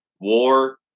War